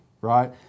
right